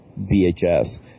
VHS